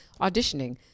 auditioning